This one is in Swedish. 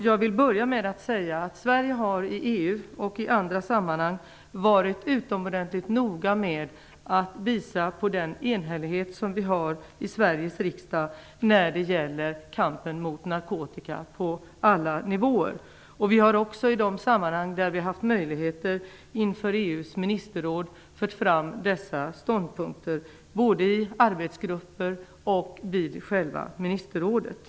Jag vill börja med att säga att Sverige i EU och i andra sammanhang har varit utomordentligt noga med att visa på den enhällighet som finns i Sveriges riksdag när det gäller kampen mot narkotika på alla nivåer. Vi har också, i de sammanhang där vi haft möjligheter, inför EU:s ministerråd fört fram dessa ståndpunkter. Det har vi gjort både i arbetsgrupper och i själva ministerrådet.